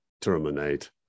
terminate